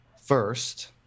first